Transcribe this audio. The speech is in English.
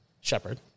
Shepherd